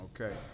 Okay